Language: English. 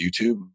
YouTube